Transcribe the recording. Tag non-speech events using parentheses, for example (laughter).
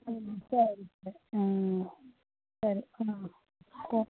ம் சரி சார் சரி ம் (unintelligible)